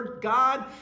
God